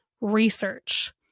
research